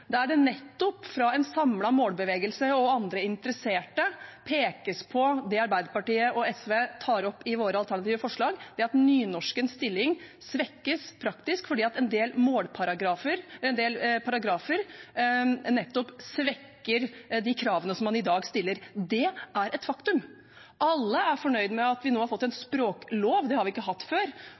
det fra en samlet målbevegelse og andre interesserte pekes på nettopp det Arbeiderpartiet og SV tar opp i sine alternative forslag, at nynorskens stilling svekkes praktisk fordi en del paragrafer svekker de kravene man i dag stiller. Det er et faktum. Alle er fornøyd med at vi nå har fått en språklov, det har vi ikke hatt før,